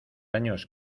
años